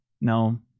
no